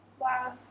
Wow